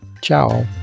Ciao